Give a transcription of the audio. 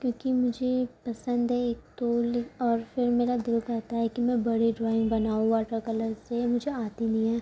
کیونکہ مجھے پسند ہے ایک تو اور پھر میرا دل کہتا ہے کہ میں بڑے ڈرائنگ بناؤں واٹر کلر سے مجھے آتی نہیں ہے